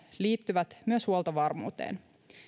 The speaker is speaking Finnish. liittyvät myös huoltovarmuuteen